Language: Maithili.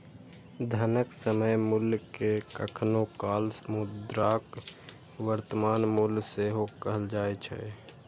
धनक समय मूल्य कें कखनो काल मुद्राक वर्तमान मूल्य सेहो कहल जाए छै